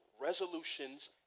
resolutions